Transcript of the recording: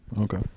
Okay